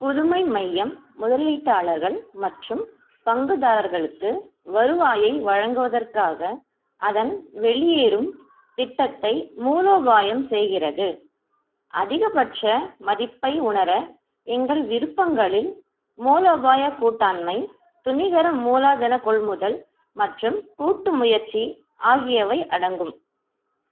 புதுமை மையம் முதலீட்டாளர்கள் மற்றும் பங்குதாரர்களுக்கு வருவாயை வழங்குவதற்காக அதன் வெளியேறும் திட்டத்தை மூலோபாயம் செய்கிறது அதிகபட்ச மதிப்பை உணர எங்கள் விருப்பங்களில் மூலோபாய கூட்டாண்மை துணிகர மூலதன கொள்முதல் மற்றும் கூட்டு முயற்சி ஆகியவை அடங்கும்